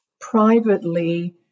privately